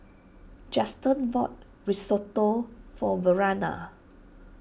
Juston bought Risotto for Verena